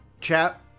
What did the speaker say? Chat